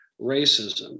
racism